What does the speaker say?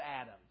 Adam